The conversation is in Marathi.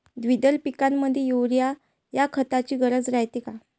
द्विदल पिकामंदी युरीया या खताची गरज रायते का?